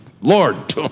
Lord